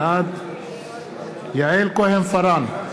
בעד יעל כהן-פארן,